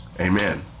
Amen